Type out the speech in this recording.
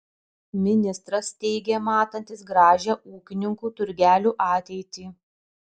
ministras teigė matantis gražią ūkininkų turgelių ateitį